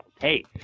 Hey